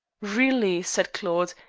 really, said claude,